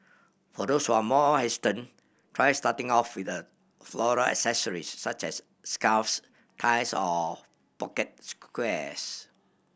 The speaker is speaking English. for those who are more hesitant try starting off with a floral accessories such as scarves ties of pocket squares